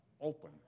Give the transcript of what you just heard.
open